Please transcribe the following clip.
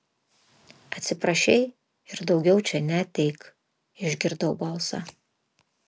atsiprašei ir daugiau čia neateik išgirdau balsą